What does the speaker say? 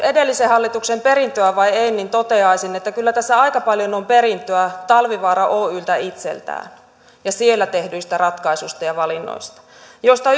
edellisen hallituksen perintöä vai ei toteaisin että kyllä tässä aika paljon on perintöä talvivaara oyltä itseltään ja siellä tehdyistä ratkaisuista ja valinnoista joista